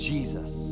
Jesus